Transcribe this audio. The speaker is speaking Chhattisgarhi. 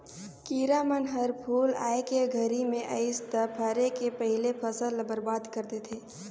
किरा मन हर फूल आए के घरी मे अइस त फरे के पहिले फसल ल बरबाद कर देथे